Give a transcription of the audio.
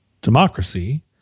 democracy